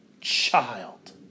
child